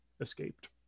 escaped